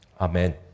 Amen